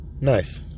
nice